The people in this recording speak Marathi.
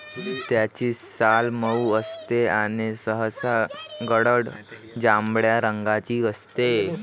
त्याची साल मऊ असते आणि सहसा गडद जांभळ्या रंगाची असते